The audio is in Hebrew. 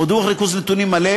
או דוח ריכוז נתונים מלא,